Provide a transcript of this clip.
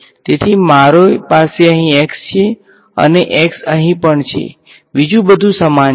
તેથી મારી પાસે અહીં x છે અને x અહીં પણ છે બીજું બધું સમાન છે